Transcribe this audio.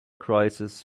crisis